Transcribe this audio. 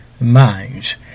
minds